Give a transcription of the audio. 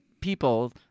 people